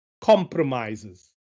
compromises